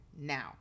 now